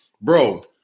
bro